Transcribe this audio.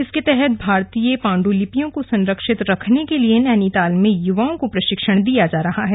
इसके तहत भारतीय पांडुलिपियों को संरक्षित रखने के लिए नैनीताल में में युवाओं को प्रशिक्षण दिया जा रहा है